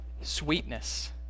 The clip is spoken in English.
sweetness